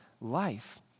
life